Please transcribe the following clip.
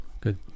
good